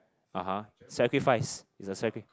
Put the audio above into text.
(uh huh) sacrifice is a sacri~